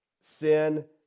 Sin